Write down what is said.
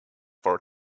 for